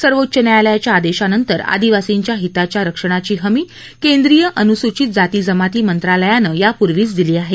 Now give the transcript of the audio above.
सर्वोच्च न्यायालयाच्या आदेशानंतर आदिवासींच्या हिताच्या रक्षणाची हमी केंद्रीय अनुसूचित जातीजमाती मंत्रालयानं यापूर्वीच दिली आहे